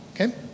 okay